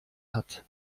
hat